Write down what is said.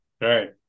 right